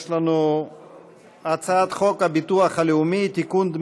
יש לנו הצעת חוק הביטוח הלאומי (תיקון,